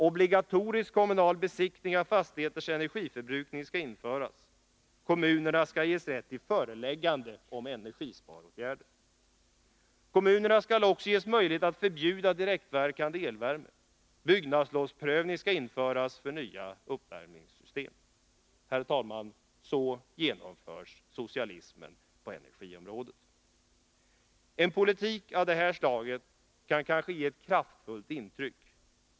Obligatorisk kommunal besiktning av fastigheters energiförbrukning skall införas. Kommunerna skall ges rätt till föreläggande om energisparåtgärder. Kommunerna skall också ges möjligheter att förbjuda direktverkande elvärme. Byggnadslovsprövning skall införas för nya uppvärmningssystem. Herr talman! Så genomförs socialismen på energiområdet. En politik av det här slaget kan kanske ge ett kraftfullt intryck.